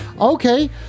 okay